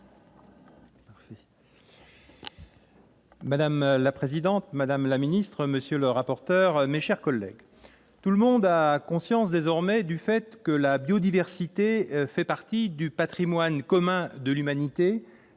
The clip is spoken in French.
Madame la présidente, madame la secrétaire d'État, monsieur le rapporteur, mes chers collègues, tout le monde a conscience désormais du fait que la biodiversité fait partie du patrimoine commun de l'humanité,